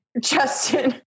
Justin